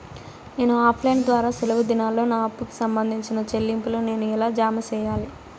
నేను offline ద్వారా సెలవు దినాల్లో నా అప్పుకి సంబంధించిన చెల్లింపులు నేను ఎలా జామ సెయ్యాలి?